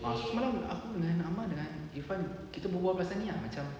ah semalam aku dengan amar dengan irfan kita berbual pasal ni ah macam